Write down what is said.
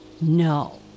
No